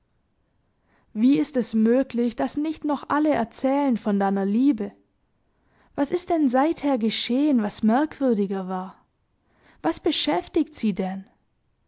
wie ist es möglich daß nicht noch alle erzählen von deiner liebe was ist denn seither geschehen was merkwürdiger war was beschäftigt sie denn